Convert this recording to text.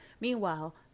Meanwhile